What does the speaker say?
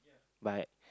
but